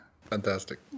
Fantastic